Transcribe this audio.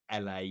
la